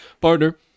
partner